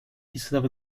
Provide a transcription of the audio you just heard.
instead